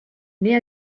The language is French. naît